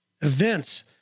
events